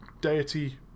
deity